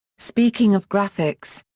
speaking of graphics.